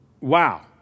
wow